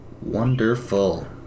Wonderful